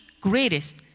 greatest